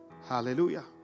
Hallelujah